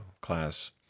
class